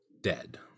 dead